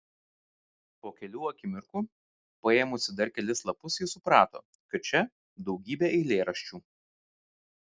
po kelių akimirkų paėmusi dar kelis lapus ji suprato kad čia daugybė eilėraščių